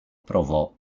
provò